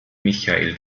michael